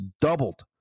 doubled